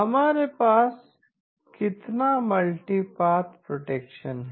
हमारे पास कितना मल्टीपैथ प्रोटेक्शन है